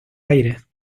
aires